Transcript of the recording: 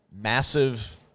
massive